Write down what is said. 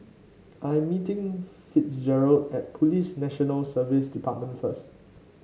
I am meeting Fitzgerald at Police National Service Department first